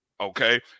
okay